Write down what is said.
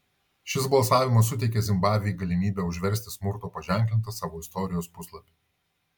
šis balsavimas suteikė zimbabvei galimybę užversti smurto paženklintą savo istorijos puslapį